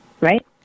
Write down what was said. Right